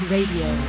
Radio